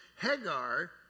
Hagar